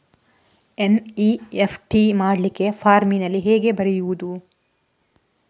NEFT ಮಾಡ್ಲಿಕ್ಕೆ ಫಾರ್ಮಿನಲ್ಲಿ ಹೇಗೆ ಬರೆಯುವುದು?